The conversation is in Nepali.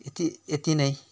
यति यति नै